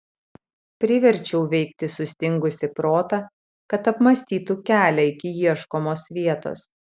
priverčiau veikti sustingusį protą kad apmąstytų kelią iki ieškomos vietos